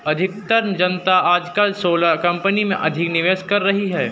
अधिकतर जनता आजकल सोलर कंपनी में अधिक निवेश कर रही है